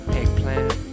eggplant